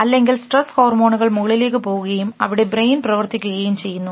അല്ലെങ്കിൽ സ്ട്രസ് ഹോർമോണുകൾ മുകളിലേക്ക് പോവുകയും അവിടെ ബ്രെയിൻ പ്രവർത്തിക്കുകയും ചെയ്യുന്നു